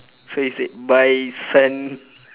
so he said bye son